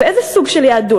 ואיזה סוג של יהדות?